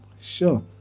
Sure